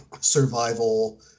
survival